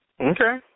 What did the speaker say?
Okay